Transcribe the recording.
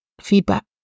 feedback